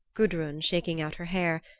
gudrun, shaking out her hair,